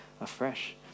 afresh